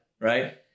right